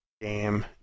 Game